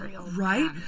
right